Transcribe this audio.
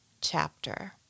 chapter